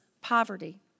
poverty